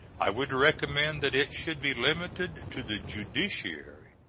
i would recommend that it should be limited to the judiciary.